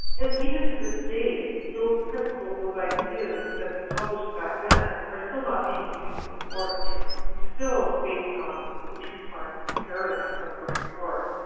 and even to this day, those principles, those ideas that we published back then are still not being used in forestry. we are still based on the tree farm paradigm of growing forest.